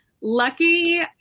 Lucky